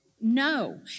No